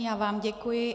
Já vám děkuji.